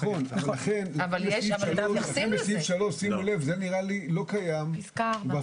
תראו בסעיף (3), זה נראה לי לא קיים בפרונטלי.